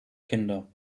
kinder